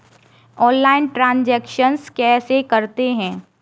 Online transaction कैसे करते हैं?